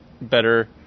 better